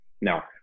Now